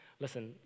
listen